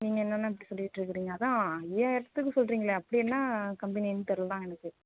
நீங்கள் என்னென்னா இப்படி சொல்லிட்டுருக்குறீங்க அதான் ஐயாயிரத்துக்கு சொல்லுறீங்களே அப்படி என்ன கம்பெனின்னு தெரியல எனக்கு